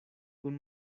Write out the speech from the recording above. kun